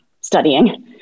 studying